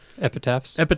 Epitaphs